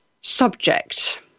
subject